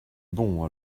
bon